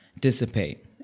dissipate